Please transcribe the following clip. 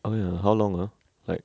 oh ya how long ah like